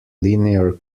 linear